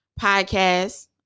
podcast